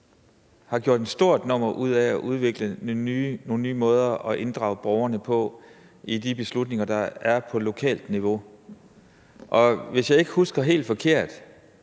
har gjort et stort nummer ud af at udvikle nogle nye måder at inddrage borgerne på i de beslutninger, der er på lokalt niveau. Og hvis jeg ikke husker helt forkert,